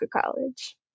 College